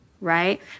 Right